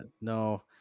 No